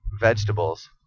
vegetables